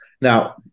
Now